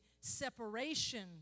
separation